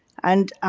and,